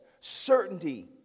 certainty